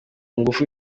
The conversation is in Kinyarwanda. ngufu